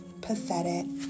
pathetic